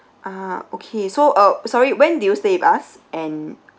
ah okay so uh sorry when did you stay with us and